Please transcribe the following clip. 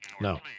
No